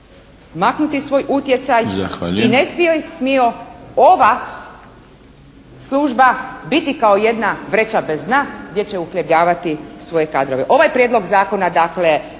I ne …/Govornik se ne razumije./… ova služba biti kao jedna vraća bez dna gdje će uhljebljavati svoje kadrove. Ovaj prijedlog zakona dakle,